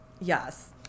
Yes